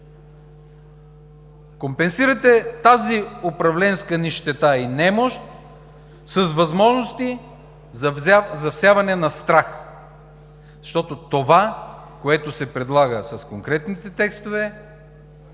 Компенсирате тази управленска нищета и немощ с възможности за всяване на страх, щото това, което се предлага с конкретните текстове,